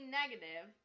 negative